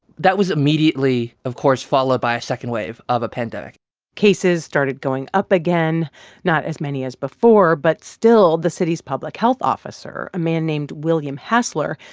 that was immediately, of course, followed by a second wave of a pandemic cases started going up again not as many as before, but still, the city's public health officer, a man named william hassler,